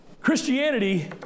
Christianity